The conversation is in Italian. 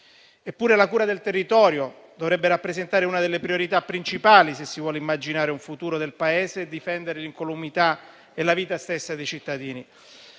Eppure, la cura del territorio dovrebbe rappresentare una delle priorità principali, se si vuole immaginare un futuro del Paese e difendere l'incolumità e la vita stessa dei cittadini.